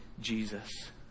Jesus